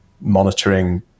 monitoring